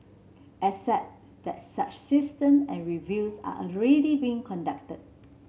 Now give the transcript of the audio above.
except that such system and reviews are already being conducted